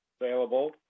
available